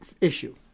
issue